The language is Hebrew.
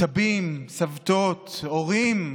סבים, סבתות, הורים,